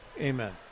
Amen